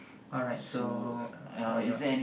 alright so uh oh it what